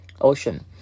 Ocean